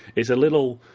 it's a little